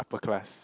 upper class